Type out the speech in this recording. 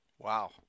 Wow